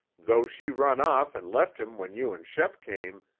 though she run off and left him when you and shep came,